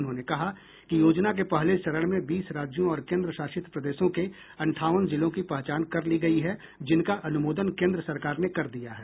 उन्होंने कहा कि योजना के पहले चरण में बीस राज्यों और केन्द्रशासित प्रदेशों के अंठावन जिलों की पहचान कर ली गई है जिनका अनुमोदन केन्द्र सरकार ने कर दिया है